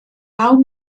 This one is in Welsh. naw